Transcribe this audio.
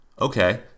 Okay